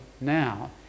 now